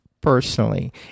personally